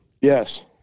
yes